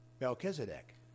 Melchizedek